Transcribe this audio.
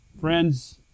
Friends